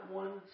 one